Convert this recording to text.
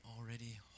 already